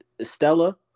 Stella